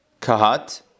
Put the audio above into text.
Kahat